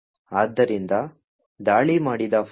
ಆದ್ದರಿಂದ ದಾಳಿ ಮಾಡಿದ ಫೈಲ್ TUT2